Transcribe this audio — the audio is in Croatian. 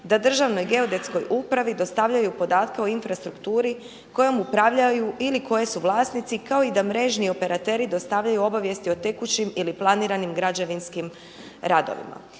da Državnoj geodetskoj upravi dostavljaju podatke o infrastrukturi kojom upravljaju ili koje su vlasnici kao i da mrežni operateri dostavljaju obavijesti o tekućim ili planiranim građevinskim radovima.